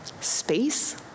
Space